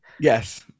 yes